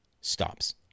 stops